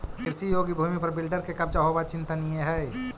कृषियोग्य भूमि पर बिल्डर के कब्जा होवऽ चिंतनीय हई